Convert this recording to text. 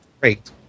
Great